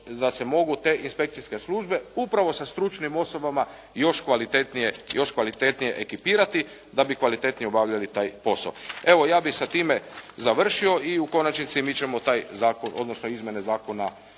da se mogu još te inspekcijske službe upravo sa stručnim osobama još kvalitetnije ekipirati da bi kvalitetnije obavljali taj posao. Evo ja bih sa time završio i u konačnici mi ćemo taj zakon, odnosno izmjene Zakona